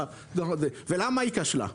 ולמה היא כשלה?